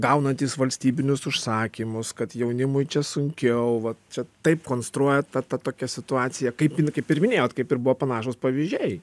gaunantys valstybinius užsakymus kad jaunimui čia sunkiau vat čia taip konstruoja tą tą tokią situaciją kaip jin kaip ir minėjot kaip ir buvo panašūs pavyzdžiai